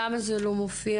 למה זה לא מופיע?